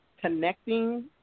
connecting